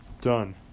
Done